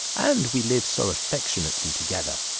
and we live so affectionately together,